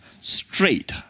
straight